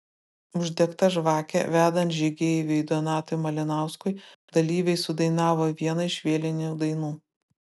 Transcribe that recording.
uždegta žvakė vedant žygeiviui donatui malinauskui dalyviai sudainavo vieną iš vėlinių dainų